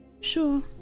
Sure